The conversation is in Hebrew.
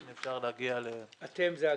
אם אפשר להגיד --- אתם זה הכלכלה?